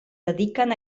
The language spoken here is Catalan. dediquen